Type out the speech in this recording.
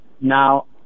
now